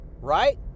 right